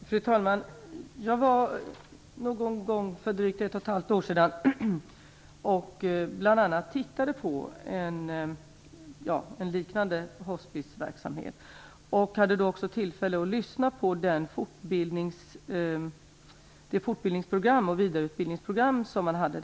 Fru talman! Jag var för drygt ett och ett halvt år sedan och tittade på bl.a. liknande hospiceverksamhet. Jag hade också tillfälle att ta del av det fortbildningsoch vidareutbildningsprogram som man hade.